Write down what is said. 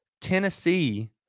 Tennessee